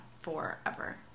forever